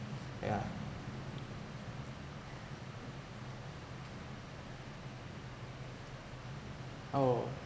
yeah oh